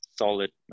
solid